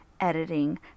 editing